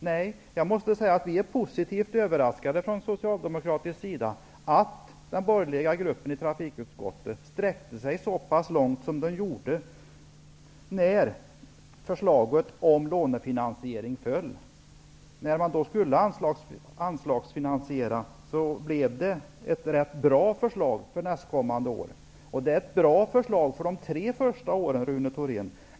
Nej, jag måste säga att vi är positivt överraskade från socialdemokratisk sida över att den borgerliga gruppen i trafikutskottet sträckte sig så långt. När förslaget om lånefinanisering föll och man skulle anslagsfinansiera så blev det ett rätt bra förslag för nästkommande år. Det är ett bra förslag för de tre första åren, Rune Thorén.